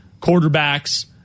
quarterbacks